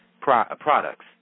products